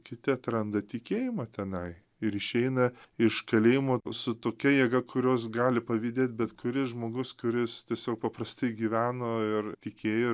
kiti atranda tikėjimą tenai ir išeina iš kalėjimo su tokia jėga kurios gali pavydėt bet kuris žmogus kuris tiesiog paprastai gyveno ir tikėjo